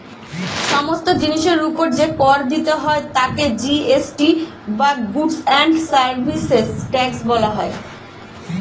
সমস্ত জিনিসের উপর যে কর দিতে হয় তাকে জি.এস.টি বা গুডস্ অ্যান্ড সার্ভিসেস ট্যাক্স বলা হয়